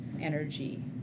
energy